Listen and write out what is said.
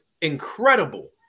incredible